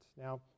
Now